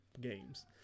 games